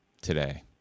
today